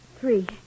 three